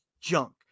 junk